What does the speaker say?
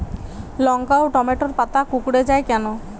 লঙ্কা ও টমেটোর পাতা কুঁকড়ে য়ায় কেন?